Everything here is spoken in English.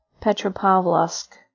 Petropavlovsk